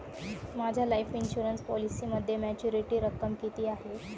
माझ्या life insurance पॉलिसीमध्ये maturity रक्कम किती आहे?